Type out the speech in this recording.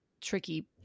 tricky